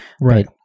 Right